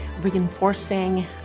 reinforcing